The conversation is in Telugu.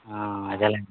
అదేలెండి